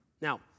Now